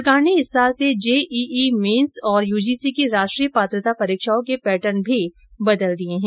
सरकार ने इस साल से जेईई मेन्स और यूजीसी की राष्ट्रीय पात्रता परीक्षाओं के पैटर्न भी बदल दिये हैं